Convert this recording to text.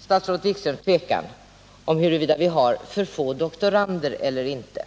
statsrådet Wikströms tvekan om huruvida vi har för få doktorander eller inte.